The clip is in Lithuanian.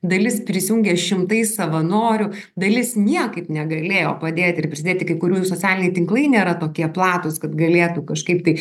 dalis prisijungė šimtai savanorių dalis niekaip negalėjo padėti ir pridėti kai kurių ir socialiniai tinklai nėra tokie platūs kad galėtų kažkaip tai